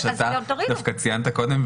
אתה דווקא ציינת קודם,